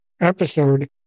episode